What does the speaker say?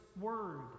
word